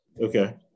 okay